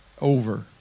Over